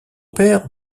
père